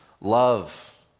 Love